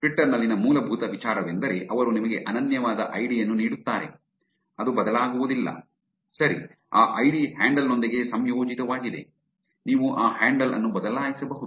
Twitter ನಲ್ಲಿನ ಮೂಲಭೂತ ವಿಚಾರವೆಂದರೆ ಅವರು ನಿಮಗೆ ಅನನ್ಯವಾದ ಐಡಿ ಯನ್ನು ನೀಡುತ್ತಾರೆ ಅದು ಬದಲಾಗುವುದಿಲ್ಲ ಸರಿ ಆ ಐಡಿ ಹ್ಯಾಂಡಲ್ ನೊಂದಿಗೆ ಸಂಯೋಜಿತವಾಗಿದೆ ನೀವು ಆ ಹ್ಯಾಂಡಲ್ ಅನ್ನು ಬದಲಾಯಿಸಬಹುದು